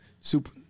super